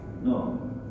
No